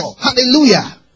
Hallelujah